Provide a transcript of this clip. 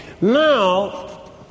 Now